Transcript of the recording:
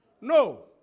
No